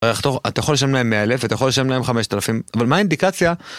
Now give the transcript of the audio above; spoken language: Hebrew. אתה יכול לשלם להם 100,000, אתה יכול לשלם להם 5,000, אבל מה האינדיקציה?